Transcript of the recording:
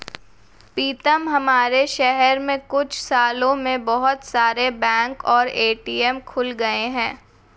पीतम हमारे शहर में कुछ सालों में बहुत सारे बैंक और ए.टी.एम खुल गए हैं